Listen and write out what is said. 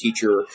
Teacher